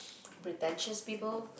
pretentious people